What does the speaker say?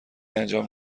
انجام